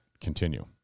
continue